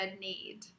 need